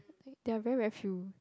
they are very very few